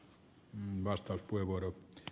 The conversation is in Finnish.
arvoisa puhemies